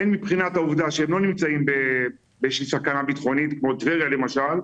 הן מבחינת העובדה שהם לא נמצאים באיזושהי סכנה ביטחונית כמו טבריה למשל,